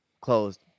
closed